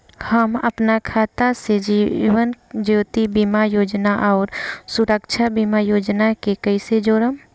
हम अपना खाता से जीवन ज्योति बीमा योजना आउर सुरक्षा बीमा योजना के कैसे जोड़म?